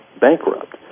bankrupt